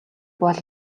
бол